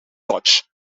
dutch